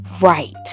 right